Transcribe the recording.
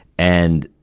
and,